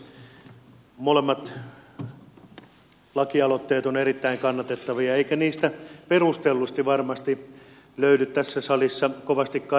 molemmat lakialoitteet ovat erittäin kannatettavia eikä niistä perustellusti varmasti löydy tässä salissa kovastikaan erilaisia käsityksiä